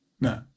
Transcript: No